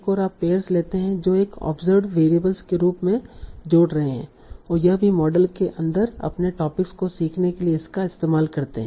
एक ओर आप पेयर्स लेते है जो एक ओबसर्वड वेरिएबल के रूप में जोड़ रहे हैं और यह भी मॉडल के अंदर अपने टॉपिक्स को सीखने के लिए इसका इस्तेमाल करते हैं